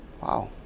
wow